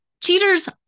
cheaters